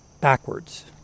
backwards